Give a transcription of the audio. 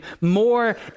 more